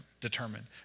determined